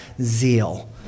zeal